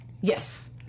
yes